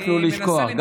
הספקנו לשכוח.